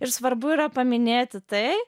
ir svarbu yra paminėti tai